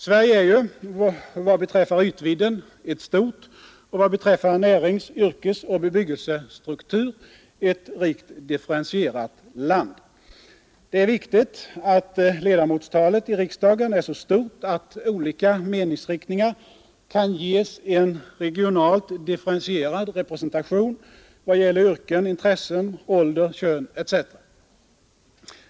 Sverige är beträffande ytvidden ett stort och beträffande närings-, yrkesoch bebyggelsestruktur ett rikt differentierat land. Det är viktigt att ledamotstalet i riksdagen är så stort att olika meningsriktningar kan ges en regionalt differentierad representation vad gäller yrken, intressen, ålder, kön etc.